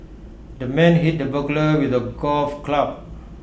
the man hit the burglar with A golf club